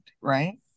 right